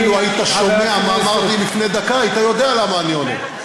אילו שמעת מה אמרתי לפני דקה היית יודע למה אני עונה.